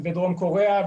בדרום קוריאה,